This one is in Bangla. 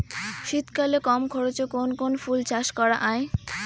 শীতকালে কম খরচে কোন কোন ফুল চাষ করা য়ায়?